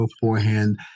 beforehand